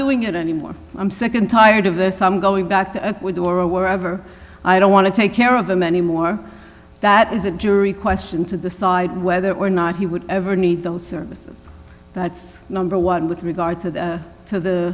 doing it anymore i'm sick and tired of this i'm going back to ecuador wherever i don't want to take care of him anymore that is a jury question to decide whether or not he would ever need those services that's number one with regard to the to the